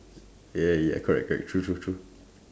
yeah yeah correct correct true true true